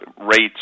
rates